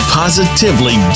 positively